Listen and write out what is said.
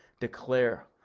declare